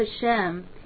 Hashem